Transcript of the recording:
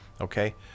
Okay